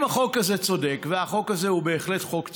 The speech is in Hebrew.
אם החוק הזה צודק, והחוק הזה הוא בהחלט חוק צודק,